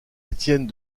étienne